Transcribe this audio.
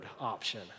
option